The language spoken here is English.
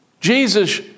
Jesus